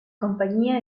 compañía